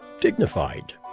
dignified